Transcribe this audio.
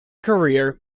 career